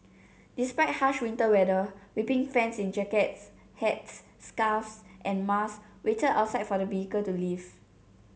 despite harsh winter weather weeping fans in jackets hats scarves and masks waited outside for the vehicle to leave